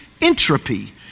entropy